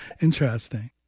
Interesting